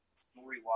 Story